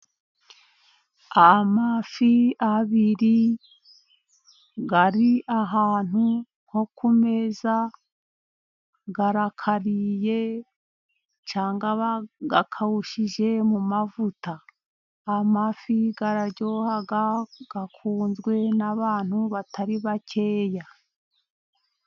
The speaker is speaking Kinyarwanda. Amafi abiri, ari ahantu nko ku meza , arakariye cyangwa bayakawushije mu mavuta, amafi araryoha akunzwe n'abantu batari bakeya.